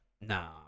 Nah